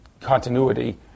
continuity